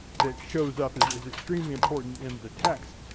that shows up, is is extremely important in the text,